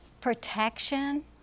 protection